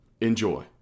Enjoy